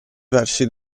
versi